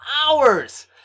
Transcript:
hours